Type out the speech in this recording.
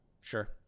Sure